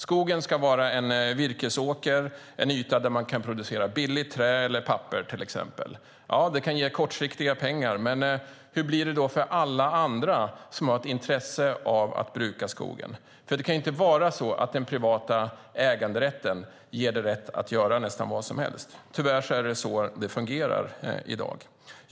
Skogen ska vara en virkesåker, en yta där man kan producera billigt trä eller papper till exempel. Det kan ge kortsiktiga pengar, men hur blir det för alla andra som har intresse av att bruka skogen? Det kan inte vara så att den privata äganderätten ger en rätt att göra nästan vad som helst, men tyvärr är det så det fungerar i dag.